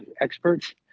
experts